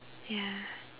ya